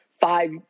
five